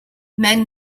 men